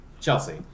Chelsea